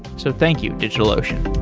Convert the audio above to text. so thank you, digitalocean